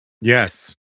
Yes